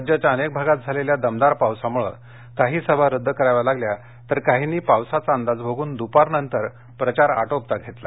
राज्याच्या अनेक भागात झालेल्या दमदार पावसामुळे काही सभा रद्द कराव्या लागल्या तर काहींनी पावसाचा अंदाज बघून दुपारनंतर प्रचार आटोपता घेतला